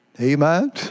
amen